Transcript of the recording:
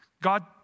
God